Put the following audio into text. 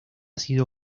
sido